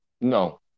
no